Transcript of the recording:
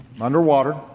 underwater